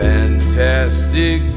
Fantastic